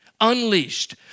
Unleashed